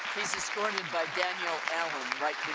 he's escorted by daniel allen right